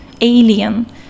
alien